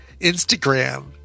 Instagram